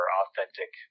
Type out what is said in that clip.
authentic